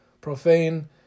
profane